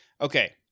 Okay